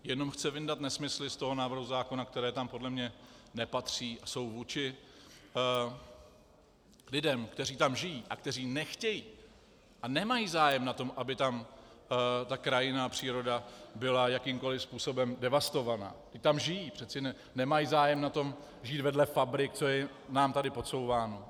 Jenom chce vyndat nesmysly z toho návrhu zákona, které tam podle mě nepatří a jsou vůči lidem, kteří tam žijí a kteří nechtějí a nemají zájem na tom, aby tam ta krajina a příroda byla jakýmkoli způsobem devastovaná, ti tam žijí, přece nemají zájem na tom žít vedle fabrik, co je nám tady podsouváno.